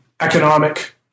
economic